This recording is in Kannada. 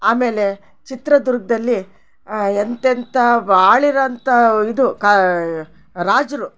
ಆಮೇಲೆ ಚಿತ್ರದುರ್ಗದಲ್ಲಿ ಎಂತೆಂಥಾ ಬಾಳಿರೋಂಥ ಇದು ಕಾ ರಾಜರು